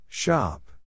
Shop